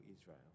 Israel